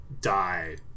die